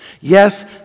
Yes